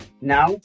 Now